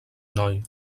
noi